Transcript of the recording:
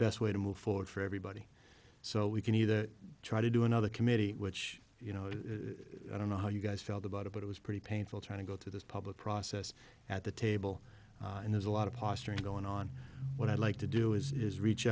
best way to move forward for everybody so we can either try to do another committee which you know i don't know how you guys felt about it but it was pretty painful trying to go through this public process at the table and there's a lot of posturing going on what i'd like to do is reach